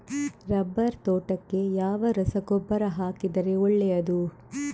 Rubber ತೋಟಕ್ಕೆ ಯಾವ ರಸಗೊಬ್ಬರ ಹಾಕಿದರೆ ಒಳ್ಳೆಯದು?